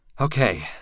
Okay